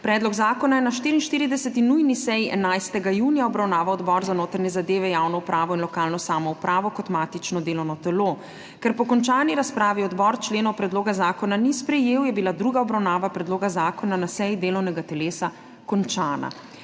Predlog zakona je na 44. nujni seji 11. junija obravnaval Odbor za notranje zadeve, javno upravo in lokalno samoupravo kot matično delovno telo. Ker po končani razpravi odbor členov predloga zakona ni sprejel, je bila druga obravnava predloga zakona na seji delovnega telesa končana.